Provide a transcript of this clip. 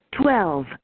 Twelve